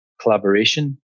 collaboration